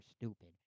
stupid